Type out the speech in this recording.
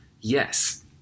Yes